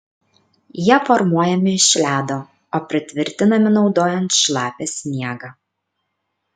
jie formuojami iš ledo o pritvirtinami naudojant šlapią sniegą